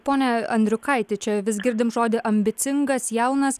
pone andriukaiti čia vis girdim žodį ambicingas jaunas